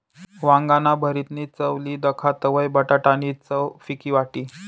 वांगाना भरीतनी चव ली दखा तवयं बटाटा नी चव फिकी वाटी